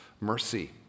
mercy